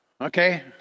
Okay